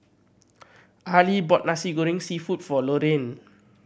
Arely bought Nasi Goreng Seafood for Loraine